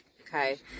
okay